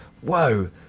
Whoa